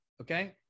okay